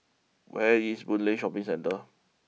where is Boon Lay Shopping Centre